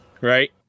Right